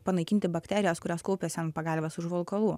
panaikinti bakterijas kurios kaupiasi ant pagalvės užvalkalų